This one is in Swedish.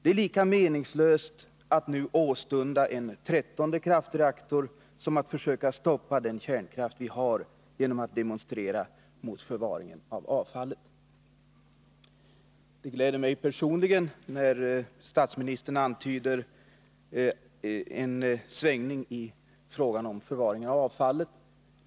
Det är lika meningslöst att nu åstunda en trettonde kraftreaktor som att försöka stoppa den kärnkraft vi har genom att demonstrera mot förvaringen av avfallet. Det gläder mig personligen när statsministern antyder en svängning i frågan om förvaring av avfallet.